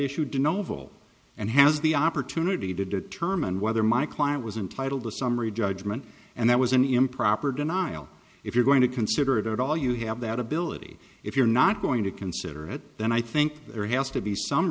issue did novel and has the opportunity to determine whether my client was entitled the summary judgment and that was an improper denial if you're going to consider it at all you have that ability if you're not going to consider it then i think there has to be some